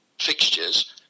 fixtures